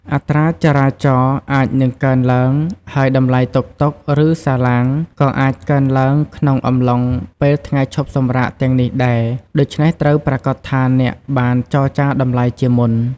អត្រាចរាចរណ៍អាចនឹងកើនឡើង ហើយតម្លៃតុក តុក ឬសាឡាងក៏អាចកើនឡើងក្នុងអំឡុងពេលថ្ងៃឈប់សម្រាកទាំងនេះដែរ ដូច្នេះត្រូវប្រាកដថាអ្នកបានចរចាតម្លៃជាមុន។